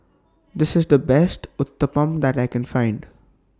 This IS The Best Uthapam that I Can Find